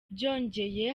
byongeye